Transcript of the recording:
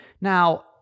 Now